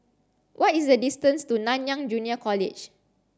what is the distance to Nanyang Junior College